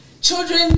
Children